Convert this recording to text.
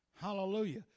Hallelujah